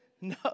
No